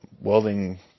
welding